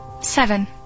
Seven